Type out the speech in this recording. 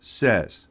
says